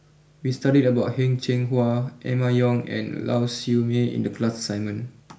we studied about Heng Cheng Hwa Emma Yong and Lau Siew Mei in the class assignment